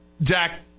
Jack